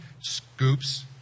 scoops